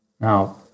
Now